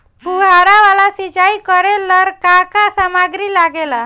फ़ुहारा वाला सिचाई करे लर का का समाग्री लागे ला?